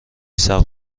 سقف